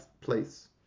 place